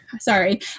sorry